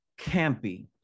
campy